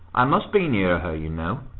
i must be nearer her, you know.